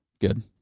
Good